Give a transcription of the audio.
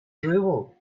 drivel